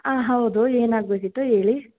ಹಾಂ ಹೌದು ಏನಾಗಬೇಕಿತ್ತು ಹೇಳಿ